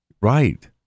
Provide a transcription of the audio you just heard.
Right